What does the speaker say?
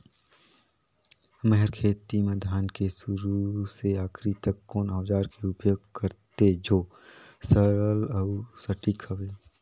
मै हर खेती म धान के शुरू से आखिरी तक कोन औजार के उपयोग करते जो सरल अउ सटीक हवे?